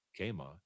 Kama